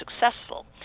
successful